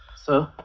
sir!